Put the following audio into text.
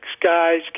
guys